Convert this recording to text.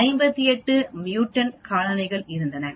58 mutant காலனிகளும் இருந்தன